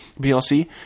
BLC